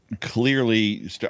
Clearly